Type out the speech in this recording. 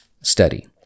study